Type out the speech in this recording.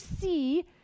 see